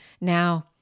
Now